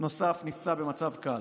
נוסף נפצע במצב קל.